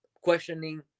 Questioning